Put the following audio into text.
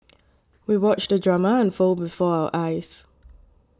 we watched the drama unfold before our eyes